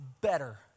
better